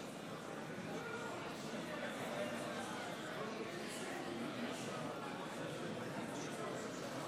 אנו נעבור להצביע על ההצעה להביע אי-אמון בממשלה של סיעת